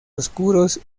oscuros